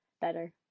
better